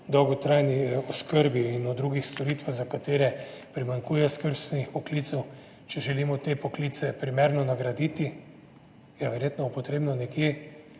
dolgotrajni oskrbi in o drugih storitvah, za katere primanjkuje skrbstvenih poklicev. Če želimo te poklice primerno nagraditi, je verjetno treba nekje